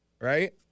right